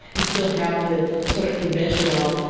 you still have the sort of conventional,